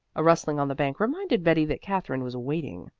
a rustling on the bank reminded betty that katherine was waiting.